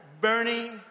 Bernie